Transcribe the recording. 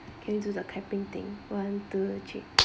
can you do the clapping thing one two three